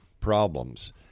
problems